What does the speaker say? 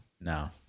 No